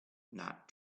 not